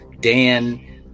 Dan